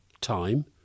time